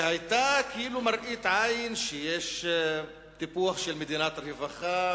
היתה כאילו מראית עין שיש טיפוח של מדינת רווחה,